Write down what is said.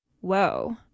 Whoa